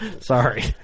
sorry